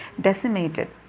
decimated